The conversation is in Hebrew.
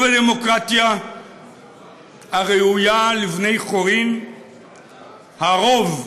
ובדמוקרטיה הראויה לבני חורין הרוב מושל,